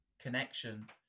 connection